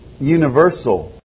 universal